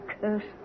cursed